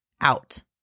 out